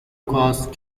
cost